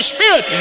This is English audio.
Spirit